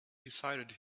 decided